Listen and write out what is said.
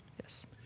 Yes